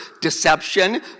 deception